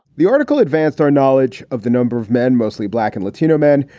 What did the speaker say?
the article advanced our knowledge of the number of men, mostly black and latino men,